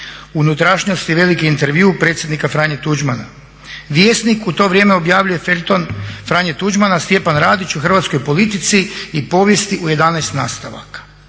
unutrašnjosti veliki intervju predsjednika Franje Tuđmana. Vjesnik u to vrijeme objavljuje feljton Franje Tuđmana, Stjepan Radić u hrvatskoj politici i povijesti u 11 nastavaka.